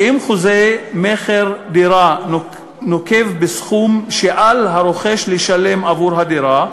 שאם חוזה מכר דירה נוקב בסכום שעל הרוכש לשלם עבור הדירה,